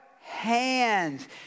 Hands